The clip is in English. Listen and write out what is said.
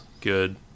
good